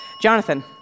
Jonathan